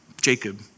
Jacob